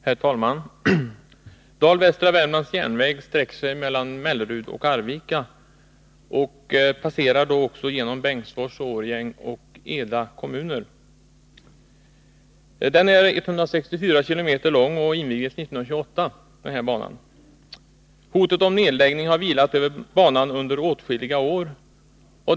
Herr talman! Dal-Västra Värmlands järnväg sträcker sig mellan Mellerud och Arvika och passerar också genom Bengtsfors, Årjängs och Eda kommuner. Banan är 164 km lång och invigdes 1928. Hotet om nedläggning har vilat över banan under åtskilliga år.